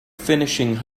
finishing